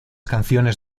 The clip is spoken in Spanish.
canciones